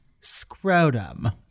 Scrotum